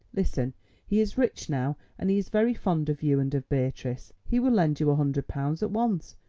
listen he is rich now, and he is very fond of you and of beatrice. he will lend you a hundred pounds at once.